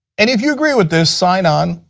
and if you agree with this, sign on,